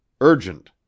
Urgent